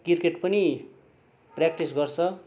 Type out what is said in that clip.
cricket पनि practice गर्छ